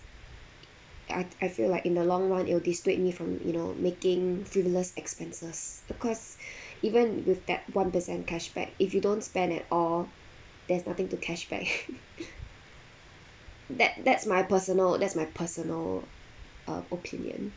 ya I feel like in the long run it'll dissuade me from you know making frivolous expenses because even with that one percent cashback if you don't spend at all there's nothing to cashback that that's my personal that's my personal uh opinion